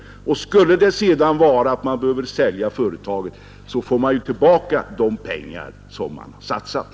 Och skulle det sedan visa sig lämpligt att sälja till annan företagare, så kommer man med största sannolikhet att få tillbaka de pengar som nu investeras.